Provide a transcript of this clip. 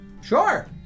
Sure